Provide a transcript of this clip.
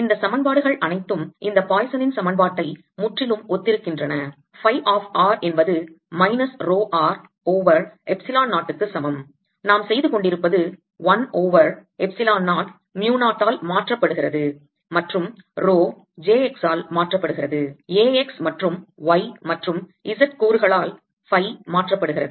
இந்த சமன்பாடுகள் அனைத்தும் இந்த பாய்சனின் சமன்பாட்டை முற்றிலும் ஒத்திருக்கின்றன phi of r என்பது minus rho r over epsilon 0 க்கு சமம் நாம் செய்து கொண்டிருப்பது 1 ஓவர் எப்சிலோன் 0 mu 0 ஆல் மாற்றப்படுகிறது மற்றும் ரோ j x ஆல் மாற்றப்படுகிறது A x மற்றும் y மற்றும் z கூறுகளால் phi மாற்றப்படுகிறது